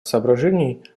соображений